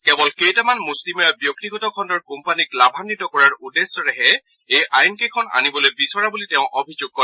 কেৱল কেইটামান মুট্টিমেয় ব্যক্তিগত খণ্ডৰ কোম্পানীক লাভান্নিত কৰাৰ উদ্দেশ্যৰেহে এই আই কেইখন আনিবলৈ বিচৰা বুলি তেওঁ অভিযোগ কৰে